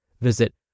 Visit